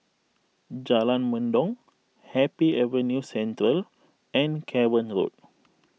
Jalan Mendong Happy Avenue Central and Cavan Road